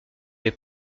les